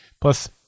plus